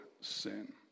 sin